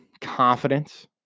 confidence